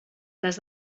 les